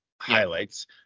highlights